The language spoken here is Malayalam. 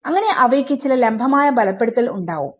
അങ്ങനെ അവയ്ക്ക് ചില ലംബമായ ബലപ്പെടുത്തൽ ഉണ്ടാവും